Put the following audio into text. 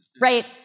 right